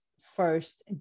first